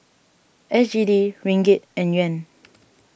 S G D Ringgit and Yuan